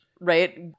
Right